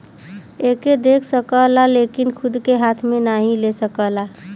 एके देख सकला लेकिन खूद के हाथ मे नाही ले सकला